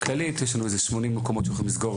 יש לנו איזה 80 מקומות שהולכים לסגור